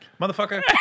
Motherfucker